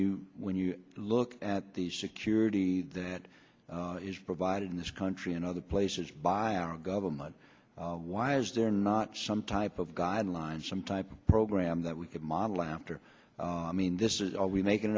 you when you look at the security that is provided in this country and other places by our government why is there not some type of guidelines some type of program that we could model after i mean this is all we making